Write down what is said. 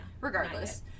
Regardless